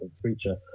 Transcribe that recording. creature